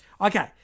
Okay